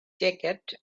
jacket